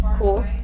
cool